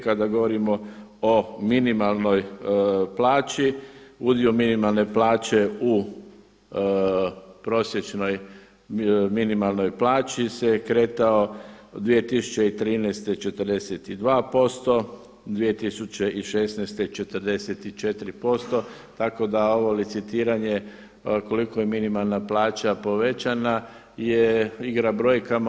Kada govorimo o minimalnoj plaći udio minimalne plaće u prosječnoj minimalnoj plaći se kretao 2013. 42%, 2016. 44% tako da ovo licitiranje koliko je minimalna plaća povećana je igra brojkama.